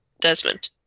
Desmond